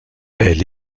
elle